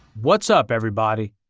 what's up everybody?